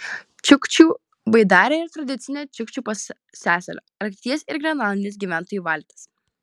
čiukčių baidarė yra tradicinė čiukčių pusiasalio arkties ir grenlandijos gyventojų valtis